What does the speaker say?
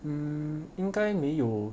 mm 应该没有